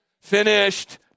Finished